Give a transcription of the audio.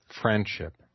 friendship